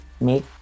Make